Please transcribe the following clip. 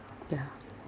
ya